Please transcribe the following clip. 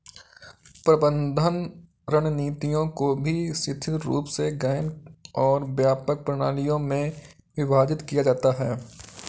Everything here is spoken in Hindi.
प्रबंधन रणनीतियों को भी शिथिल रूप से गहन और व्यापक प्रणालियों में विभाजित किया जाता है